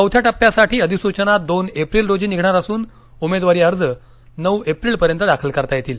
चौथ्या टप्प्यासाठी अधिसूचना दोन एप्रिल रोजी निघणार असून उमेदवारी अर्ज नऊ एप्रिल पर्यंत दाखल करता येतील